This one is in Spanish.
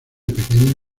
pequeña